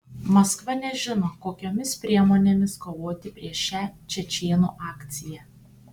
maskva nežino kokiomis priemonėmis kovoti prieš šią čečėnų akciją